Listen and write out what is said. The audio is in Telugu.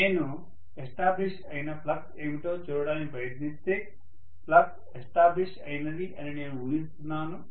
నేను ఎస్టాబ్లిష్ అయిన ఫ్లక్స్ ఏమిటో చూడటానికి ప్రయత్నిస్తే ఫ్లక్స్ ఎస్టాబ్లిష్ అయినది అని నేను ఊహిస్తున్నాను